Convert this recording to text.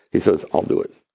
he says, i'll do it.